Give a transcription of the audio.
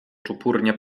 czupurnie